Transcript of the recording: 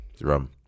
rum